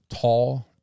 tall